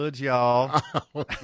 y'all